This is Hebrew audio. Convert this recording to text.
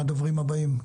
מהדוברים הבאים.